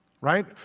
right